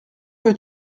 que